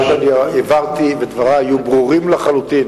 מה שאני הבהרתי בדברי, ודברי היו ברורים לחלוטין,